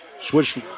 switch